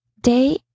day